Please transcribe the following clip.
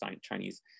Chinese